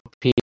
people